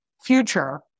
future